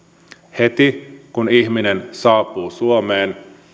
heti kun ihminen saapuu suomeen